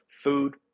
food